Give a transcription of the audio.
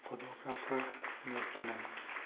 photographer ꯅꯦꯛꯇꯨꯅ